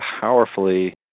powerfully